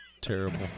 terrible